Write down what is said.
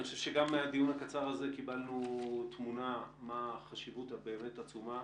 אני חושב שגם מהדיון הקצר הזה קיבלנו תמונה מה החשיבות הבאמת עצומה,